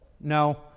No